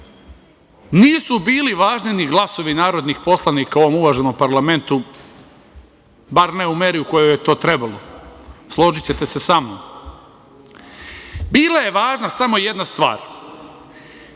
nisu bili ni važni glasovi narodnih poslanika u ovom uvaženom parlamentu bar ne u meri u kojoj je to trebalo, složićete se sa mnom. Bila je važna samo jedna stvar.